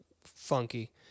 funky